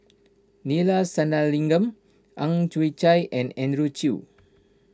Neila Sathyalingam Ang Chwee Chai and Andrew Chew